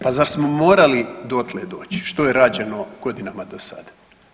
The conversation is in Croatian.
Pa zar smo morali dotle doći, što je rađeno godinama do sada?